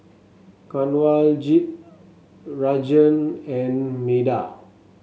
Kanwaljit Rajan and Medha